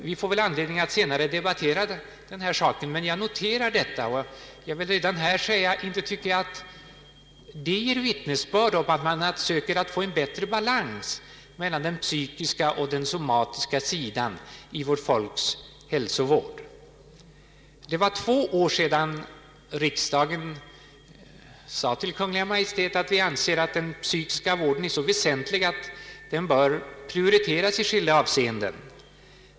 Vi får väl anledning att senare debattera den saken, men jag noterar ändå detta förhållande och vill redan här säga att jag inte anser att det ger vittnesbörd om att man söker åstadkomma en bättre balans mellan den psykiska och den somatiska sidan av hälsovården. Det är två år sedan riksdagen i en skrivelse till Kungl. Maj:t framförde att man ansåg att den psykiska vården var så väsentlig att den borde prioriteras i skilda avseenden.